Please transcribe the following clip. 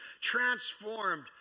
transformed